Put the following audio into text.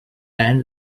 then